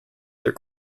their